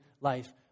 life